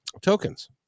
tokens